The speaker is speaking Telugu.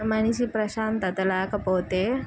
మనిషి ప్రశాంతత లేకపోతే